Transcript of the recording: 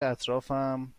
اطرافم